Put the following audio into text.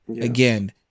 again